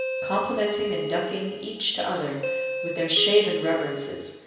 complimenting and ducking each to other with their shaven reverences,